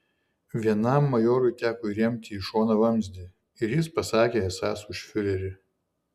vienam majorui teko įremti į šoną vamzdį ir jis pasakė esąs už fiurerį